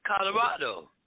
Colorado